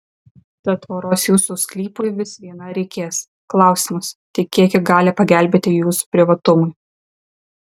tad tvoros jūsų sklypui vis viena reikės klausimas tik kiek ji gali pagelbėti jūsų privatumui